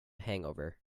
hangover